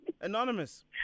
Anonymous